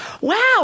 wow